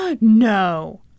No